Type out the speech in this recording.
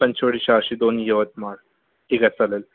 पंचवटी सहाशे दोन यवतमाळ ठिक आहे चालेल